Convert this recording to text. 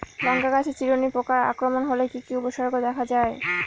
লঙ্কা গাছের চিরুনি পোকার আক্রমণ হলে কি কি উপসর্গ দেখা যায়?